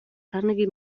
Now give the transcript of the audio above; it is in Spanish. carnegie